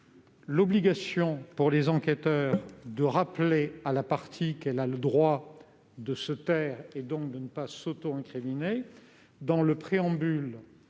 -l'obligation pour les enquêteurs de rappeler à la partie qu'elle a le droit de se taire et, partant, de ne pas s'auto-incriminer. Cela